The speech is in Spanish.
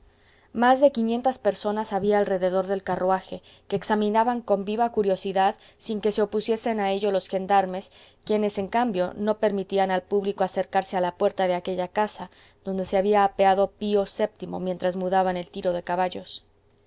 más de quinientas personas había alrededor del carruaje que examinaban con viva curiosidad sin que se opusiesen a ello los gendarmes quienes en cambio no permitían al público acercarse a la puerta de aquella casa donde se había apeado pío vii mientras mudaban el tiro de caballos